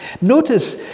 Notice